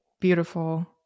beautiful